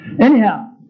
Anyhow